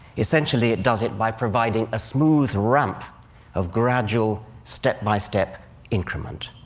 essentially, it does it by providing a smooth ramp of gradual, step-by-step increment.